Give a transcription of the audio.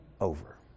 over